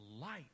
light